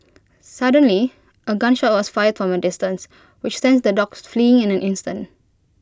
suddenly A gun shot was fired A distance which sent the dogs fleeing in an instant